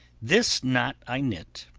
this knot i knit,